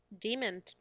Demon